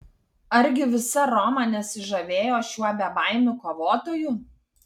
argi visa roma nesižavėjo šiuo bebaimiu kovotoju